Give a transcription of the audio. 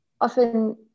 often